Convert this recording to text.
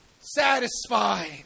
Satisfied